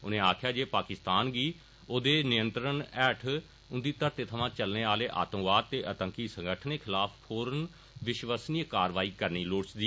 उनें आक्खेया जे पाकिस्तान गी ओहदे नियंत्रण ऐठ उंदी धरतै थमां चलने आहले आतंकवाद ते आतंकी संगठनें खिलाफ फौरन विश्वसनीय कारवाई करनी लोड़चदी